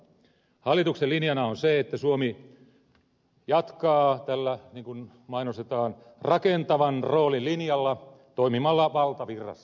hallituksen linjana on se että suomi jatkaa niin kuin mainostetaan rakentavan roolin linjalla toimimalla valtavirrassa